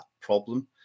problem